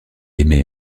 émet